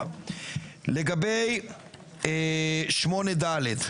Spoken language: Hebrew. יהודים --- הבן-אדם שתומך בתורת הגזע,